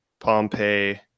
Pompeii